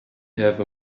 have